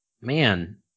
man